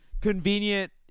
Convenient